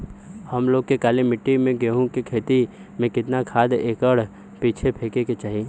हम लोग के काली मिट्टी में गेहूँ के खेती में कितना खाद एकड़ पीछे फेके के चाही?